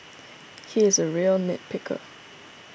he is a real nit picker